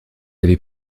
avais